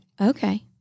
Okay